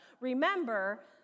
Remember